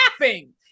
laughing